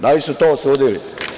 Da li su to osudili?